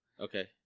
Okay